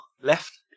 left